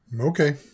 Okay